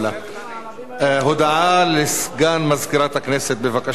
הודעה לסגן מזכירת הכנסת, בבקשה, אדוני.